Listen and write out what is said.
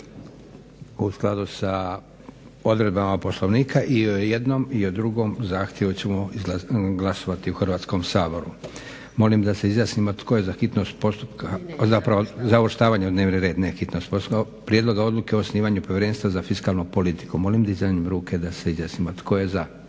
U skladu sa odredbama Poslovnika i o jednom i o drugom zahtjevu ćemo glasovati u Hrvatskom saboru. Molim da se izjasnimo tko je za hitnost postupka? Zapravo za uvrštavanje u dnevni red, ne hitnost postupka, Prijedloga odluke o osnivanju Povjerenstva za fiskalnu politiku. Molim dizanjem ruke da se izjasnimo tko je za?